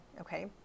Okay